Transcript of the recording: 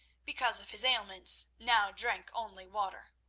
because of his ailments, now drank only water.